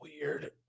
weird